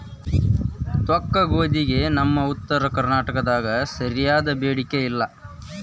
ತೊಕ್ಕಗೋಧಿಗೆ ನಮ್ಮ ಉತ್ತರ ಕರ್ನಾಟಕದಾಗ ಸರಿಯಾದ ಬೇಡಿಕೆ ಇಲ್ಲಾ